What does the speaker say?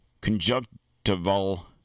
conjunctival